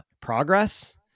progress